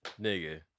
Nigga